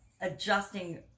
adjusting